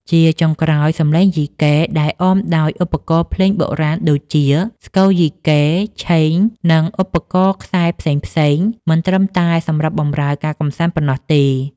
ជាចុងក្រោយ សំឡេងយីកេដែលអមដោយឧបករណ៍ភ្លេងបុរាណដូចជា ស្គរយីកេ ឆេង និងឧបករណ៍ខ្សែផ្សេងៗ មិនត្រឹមតែសម្រាប់បម្រើការកម្សាន្តប៉ុណ្ណោះទេ។